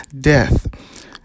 death